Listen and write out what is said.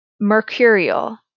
Mercurial